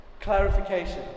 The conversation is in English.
Clarification